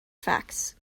facts